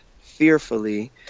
fearfully